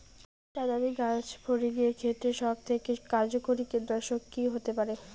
বাদামী গাছফড়িঙের ক্ষেত্রে সবথেকে কার্যকরী কীটনাশক কি হতে পারে?